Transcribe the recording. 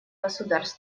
государств